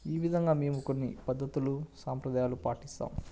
ఈ విధంగా మేము కొన్ని పద్ధతులు సాంప్రదాయాలు పాటిస్తాం